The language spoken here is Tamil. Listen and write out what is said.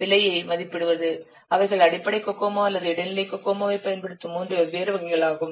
விலையை மதிப்பிடுவது அவைகள் அடிப்படை கோகோமோ அல்லது இடைநிலை கோகோமோவைப் பயன்படுத்தும் மூன்று வெவ்வேறு வகைகளாகும்